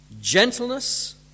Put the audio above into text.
gentleness